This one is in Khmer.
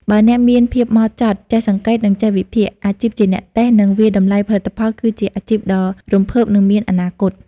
បើអ្នកមានភាពហ្មត់ចត់ ចេះសង្កេត និងចេះវិភាគ អាជីពជាអ្នកតេស្ត និងវាយតម្លៃផលិតផលគឺជាអាជីពដ៏រំភើប និងមានអនាគត។